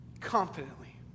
confidently